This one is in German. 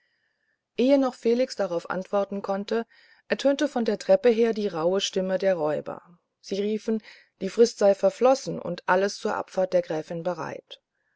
ehe noch felix darauf antworten konnte ertönten von der treppe her die rauhen stimmen der räuber sie riefen die frist sei verflossen und alles zur abfahrt der gräfin bereit